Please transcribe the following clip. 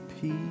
Peace